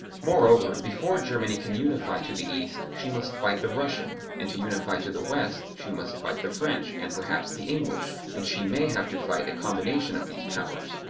moreover, before germany can unify to the east she must fight the russian, and to unify to the west she must fight the french and perhaps the english, and she may have to fight a combination of these powers.